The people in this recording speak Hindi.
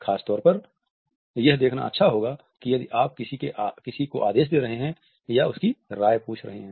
खास तौर पर यह देखना अच्छा होगा यदि आप किसी को आदेश दे रहे हैं या उनकी राय पूछ रहे हैं